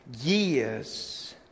years